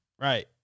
Right